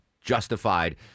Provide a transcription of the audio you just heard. justified